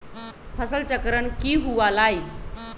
फसल चक्रण की हुआ लाई?